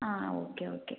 ആ okay okay